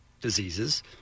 diseases